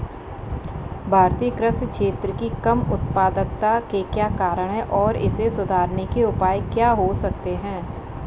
भारतीय कृषि क्षेत्र की कम उत्पादकता के क्या कारण हैं और इसे सुधारने के उपाय क्या हो सकते हैं?